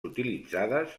utilitzades